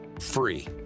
free